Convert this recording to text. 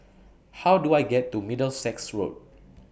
How Do I get to Middlesex Road